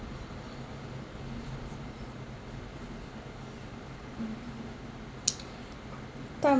sometime